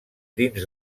dins